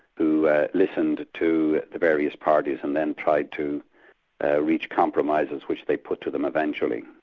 who listened to the various parties and then tried to reach compromises which they put to them eventually.